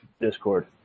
discord